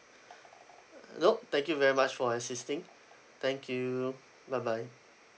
uh no thank you very much for assisting thank you bye bye